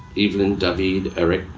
evelyn, david, eric.